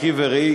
אחי ורעי,